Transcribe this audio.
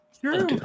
True